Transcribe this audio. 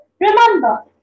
Remember